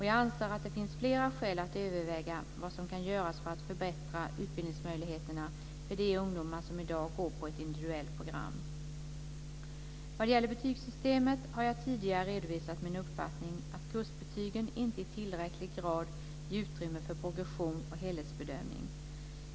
Jag anser att det finns flera skäl att överväga vad som kan göras för att förbättra utbildningsmöjligheterna för de ungdomar som i dag går på ett individuellt program. Vad gäller betygssystemet har jag tidigare redovisat min uppfattning att kursbetygen inte i tillräcklig grad ger utrymme för progression och helhetsbedömning.